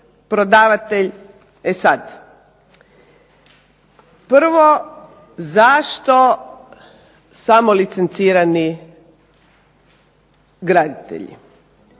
prodavatelj. E sad prvo, zašto samo licencirani graditelji.